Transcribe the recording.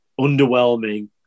underwhelming